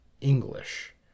English